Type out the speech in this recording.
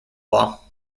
law